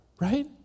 right